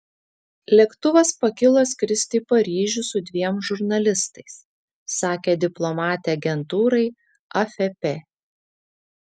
lėktuvas pakilo skristi į paryžių su dviem žurnalistais sakė diplomatė agentūrai afp